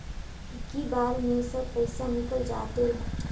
इक्की बार मे सब पइसा निकल जाते?